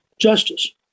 justice